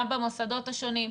גם במוסדות השונים.